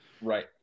Right